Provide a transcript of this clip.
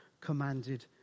commanded